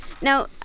Now